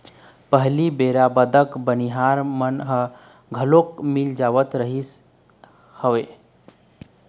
पहिली बेरा बखत बनिहार मन ह घलोक मिल जावत रिहिस हवय